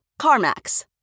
CarMax